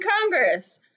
Congress